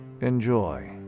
Enjoy